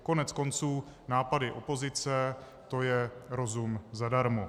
Koneckonců nápady opozice, to je rozum zadarmo.